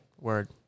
Word